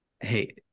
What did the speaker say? hey